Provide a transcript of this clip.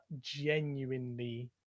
genuinely